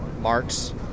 marks